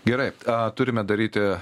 gerai a turime daryti